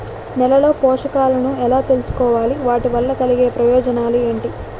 నేలలో పోషకాలను ఎలా తెలుసుకోవాలి? వాటి వల్ల కలిగే ప్రయోజనాలు ఏంటి?